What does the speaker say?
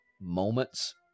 moments